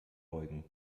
beugen